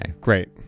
Great